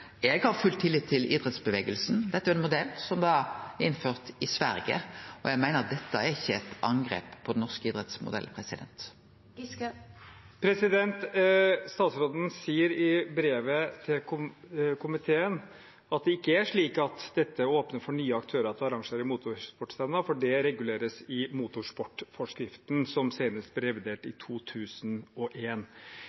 har full tillit til idrettsbevegelsen. Dette er jo ein modell som er innført i Sverige, og eg meiner at dette ikkje er eit angrep på den norske idrettsmodellen. Statsråden sier i brevet til komiteen at det ikke er slik at dette åpner for nye aktører til å arrangere motorsportstevner, for det reguleres i motorsportforskriften, som senest ble revidert i